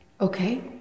Okay